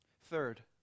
Third